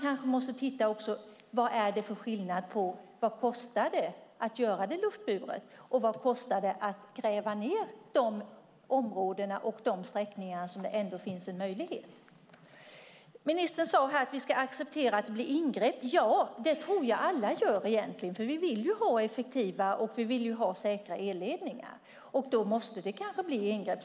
Men man kanske också måste titta på skillnaderna mellan vad en luftburen ledning kostar och vad det kostar att gräva ned den i de områden och på de sträckningar där den möjligheten ändå finns. Ministern sade att vi ska acceptera att det blir ingrepp. Det tror jag att alla egentligen gör. Vi vill ju ha effektiva och säkra elledningar. Då måste det kanske bli ingrepp.